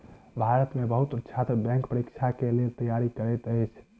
भारत में बहुत छात्र बैंक परीक्षा के लेल तैयारी करैत अछि